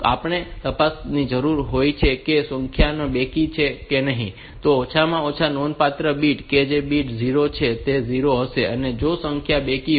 તો આપણે એ તપાસવાની જરૂર હોય છે કે શું સંખ્યા બેકી છે કે નહીં અને તો ઓછામાં ઓછો નોંધપાત્ર બીટ કે જે બીટ D0 છે તે 0 હશે અને જો સંખ્યા બેકી હોય તો